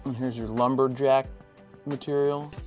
here is your lumberjack material.